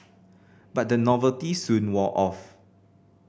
but the novelty soon wore off